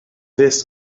this